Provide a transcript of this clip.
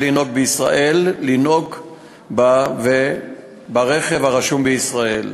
לנהוג בישראל לנהוג ברכב הרשום בישראל.